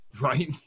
Right